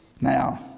Now